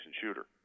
shooter